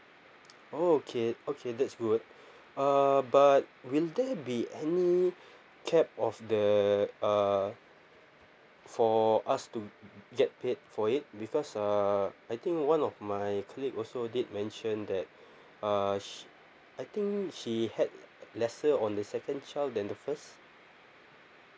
oh okay okay that's good uh but will there be any cap of the uh for us to get paid for it because uh I think one of my colleague also did mention that uh sh~ I think she had lesser on the second child than the first